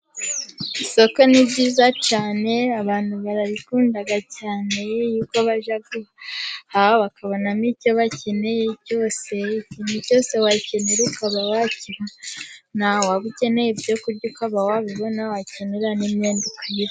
Isoko ni ryiza cyane abantu bararikunda cyane kuko bajya guhaha bakabonamo icyo bakeneye cyose ikintu cyose wakenera ukaba wakibona, waba ukeneye n'ibyo kurya ukaba wabibona, wakenera n'imyenda ukayibona.